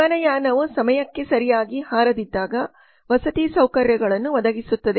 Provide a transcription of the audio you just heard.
ವಿಮಾನಯಾನವು ಸಮಯಕ್ಕೆ ಸರಿಯಾಗಿ ಹಾರದಿದ್ದಾಗ ವಸತಿ ಸೌಕರ್ಯಗಳನ್ನು ಒದಗಿಸುತ್ತದೆ